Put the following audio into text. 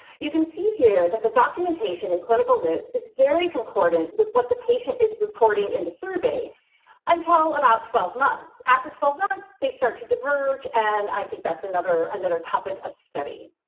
you can see here that the documentation in clinical notes is very important with what the patient is reporting in the survey until about twelve months. after twelve months they start to diverge. and i think that's another another topic of study.